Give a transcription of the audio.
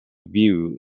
view